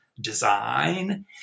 design